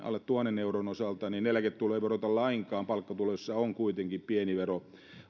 alle tuhannen euron osalta eläketuloja ei veroteta lainkaan palkkatuloissa on kuitenkin pieni vero